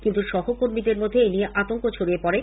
কিন্তু সহকর্মীদের মধ্যে এনিয়ে আতঙ্ক ছড়িয়ে পড়ে